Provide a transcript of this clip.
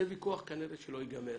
זה ויכוח כנראה שלא יגמר